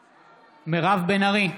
(קורא בשמות חברי הכנסת) מירב בן ארי,